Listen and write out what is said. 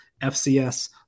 FCS